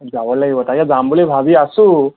যাব লাগিব তাকে যাম বুলি ভাবি আছোঁ